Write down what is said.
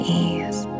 ease